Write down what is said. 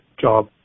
job